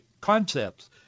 concepts